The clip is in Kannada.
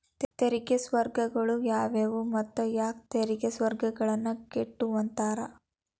ತೆರಿಗೆ ಸ್ವರ್ಗಗಳು ಯಾವುವು ಮತ್ತ ಯಾಕ್ ತೆರಿಗೆ ಸ್ವರ್ಗಗಳನ್ನ ಕೆಟ್ಟುವಂತಾರ